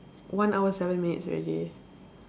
one hour seven minutes already